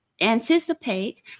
anticipate